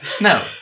No